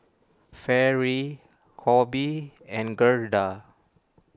Fairy Coby and Gerda